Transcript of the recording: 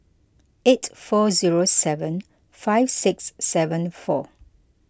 eight four zero seven five six seven four